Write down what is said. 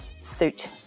suit